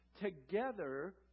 together